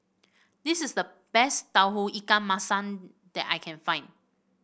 this is the best Tauge Ikan Masin that I can find